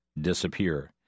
disappear